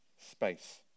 space